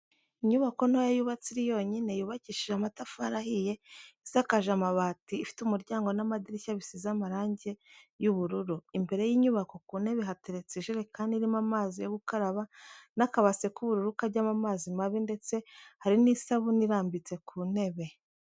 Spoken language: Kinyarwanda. Inyubako ntoya yubatse iri yonyine, yubakishije amatafari ahiye isakaje amabati ifite umuryango n'amadirishya bisize amarangi y'ubururu, imbere y'inyubako ku ntebe hateretse ijerekani irimo amazi yo gukaraba n'akabase k'ubururu kajyamo amazi mabi ndetse hari n'isabuni irambitse ku ntebe.